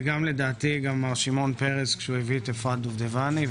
ולדעתי כך עשה גם מר שמעון פרס כשהביא את אפרת דובדבני,